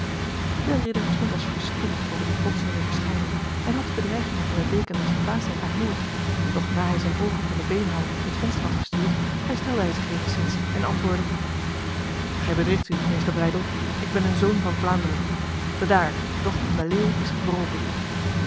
de ridder stond als verstomd over die plotselinge verschijning en had de bedreigingen van de deken met verbaasdheid aanhoord doch na hij zijn ogen van de beenhouwer op het venster had gestuurd herstelde hij zich enigszins en antwoordde gij bedriegt u meester breydel ik ben een zoon van vlaanderen bedaar de dochter van de leeuw is gewroken